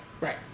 right